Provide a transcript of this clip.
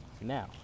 Now